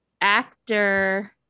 actor